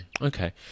Okay